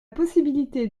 possibilité